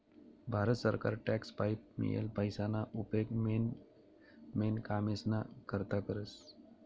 भारत सरकार टॅक्स पाईन मियेल पैसाना उपेग मेन मेन कामेस्ना करता करस